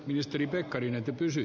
ministeri pekkarinen kysyi